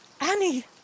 Annie